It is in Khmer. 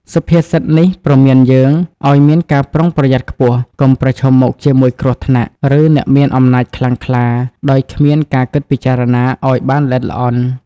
សុភាសិតនេះព្រមានយើងឱ្យមានការប្រុងប្រយ័ត្នខ្ពស់ កុំប្រឈមមុខជាមួយគ្រោះថ្នាក់ ឬអ្នកមានអំណាចខ្លាំងក្លាដោយគ្មានការគិតពិចារណាឱ្យបានល្អិតល្អន់។